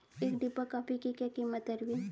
एक डिब्बा कॉफी की क्या कीमत है अरविंद?